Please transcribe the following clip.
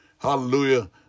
Hallelujah